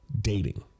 dating